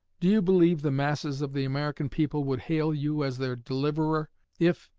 do you believe the masses of the american people would hail you as their deliverer if,